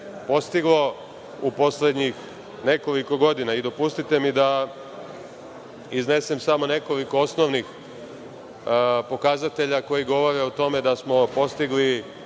postiglo u poslednjih nekoliko godine. Dopustite mi da iznesem samo nekoliko osnovnih pokazatelja koji govore o tome da smo postigli